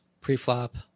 pre-flop